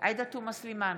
עאידה תומא סלימאן,